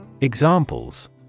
Examples